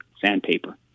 sandpaper